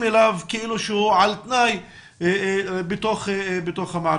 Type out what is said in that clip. אליו כאילו שהוא על תנאי בתוך המערכת.